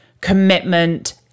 commitment